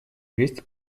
двести